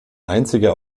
einziger